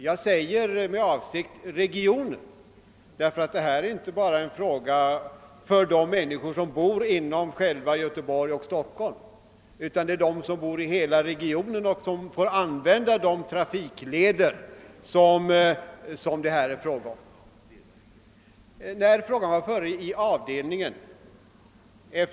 Jag säger med avsikt regionerna, därför att det här inte bara är en fråga för de människor som bor inom själva Göteborg och Stockholm, utan det är fråga om dem som bor i hela regionen och som måste använda de trafikleder det här gäller.